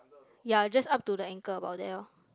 ya just up to the ankle about there orh